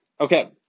Okay